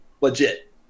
legit